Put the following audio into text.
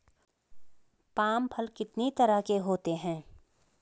Palm फल कितनी तरह के होते हैं?